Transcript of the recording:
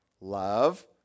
love